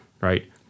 right